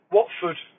Watford